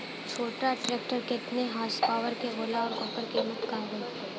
छोटा ट्रेक्टर केतने हॉर्सपावर के होला और ओकर कीमत का होई?